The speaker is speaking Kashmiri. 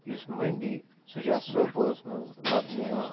یُس مٔنٛڈی سُہ چھُ اَتھ سوپورَس منٛز لَبنہٕ یِوان